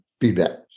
feedback